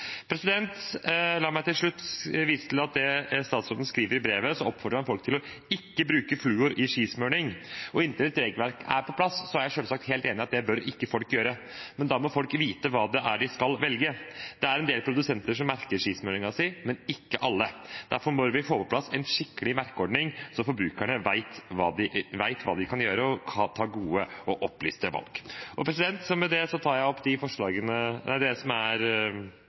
La meg til slutt vise til at statsråden i brevet oppfordrer folk til ikke å bruke fluor i skismøring. Inntil et regelverk er på plass, er jeg selvsagt helt enig i at det bør ikke folk gjøre, men da må folk vite hva de skal velge. Det er en del produsenter som merker skismøringen sin, men ikke alle. Derfor må vi få på plass en skikkelig merkeordning, så forbrukerne vet hva de kan gjøre, og ta gode og opplyste valg. Med det anbefaler jeg innstillingen fra komiteen, som Arbeiderpartiet støtter, men som dessverre ikke ser ut til å få flertall i salen i dag. Det er